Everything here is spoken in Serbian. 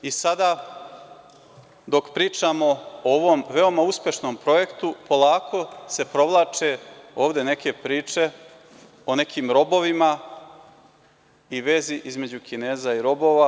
Sada, dok pričamo o ovom veoma uspešnom projektu, polako se provlače ovde neke priče o nekim robovima i vezi između Kineza i robova.